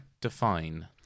define